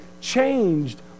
changed